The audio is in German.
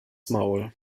maul